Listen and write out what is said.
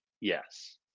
Yes